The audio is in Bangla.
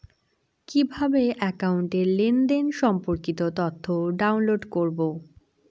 কিভাবে একাউন্টের লেনদেন সম্পর্কিত তথ্য ডাউনলোড করবো?